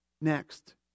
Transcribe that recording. next